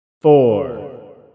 Four